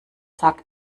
sagt